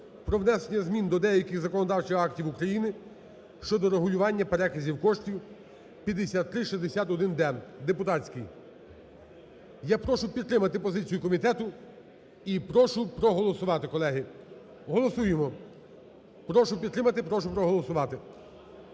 про внесення змін до деяких законодавчих актів України щодо регулювання переказів коштів (5361-д, депутатський). Я прошу підтримати позицію комітету і прошу проголосувати, колеги. Голосуємо. Прошу підтримати. Прошу проголосувати.